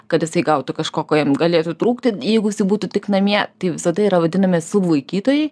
kad jisai gautų kažko ko jam galėtų trūkti jeigu jisai būtų tik namie tai visada yra vadinami sulaikytojai